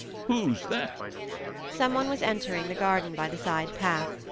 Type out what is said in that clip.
who's that someone was entering the garden by the side path.